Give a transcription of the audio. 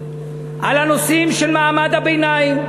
על הנושאים של מעמד הביניים,